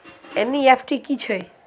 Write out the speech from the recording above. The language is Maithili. एन.ई.एफ.टी की छीयै?